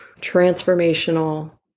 Transformational